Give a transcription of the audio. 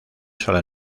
sola